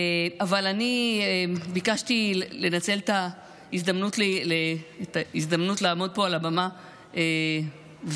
אבל אני ביקשתי לנצל את ההזדמנות לעמוד פה על הבמה ולומר